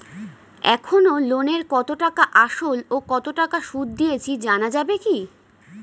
এখনো লোনের কত টাকা আসল ও কত টাকা সুদ দিয়েছি জানা যাবে কি?